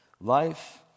Life